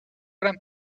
gran